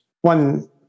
one